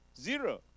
Zero